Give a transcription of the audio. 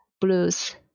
blues